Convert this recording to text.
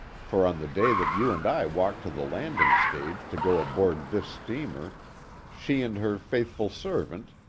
for on the day that you and i walked to the landing stage to go aboard this steamer she and her faithful servant,